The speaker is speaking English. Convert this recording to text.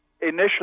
initially